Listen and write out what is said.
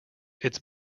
its